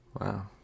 wow